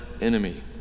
enemy